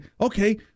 okay